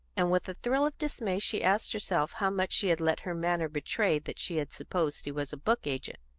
and with a thrill of dismay she asked herself how much she had let her manner betray that she had supposed he was a book agent.